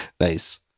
Nice